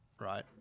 right